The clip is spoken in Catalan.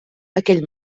aquell